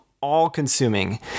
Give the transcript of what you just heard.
all-consuming